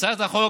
הצעת החוק,